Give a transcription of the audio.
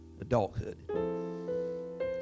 adulthood